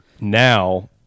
now